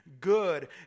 good